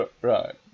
Right